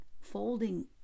folding